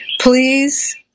Please